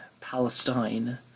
Palestine